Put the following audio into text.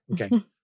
Okay